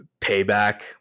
payback